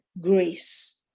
grace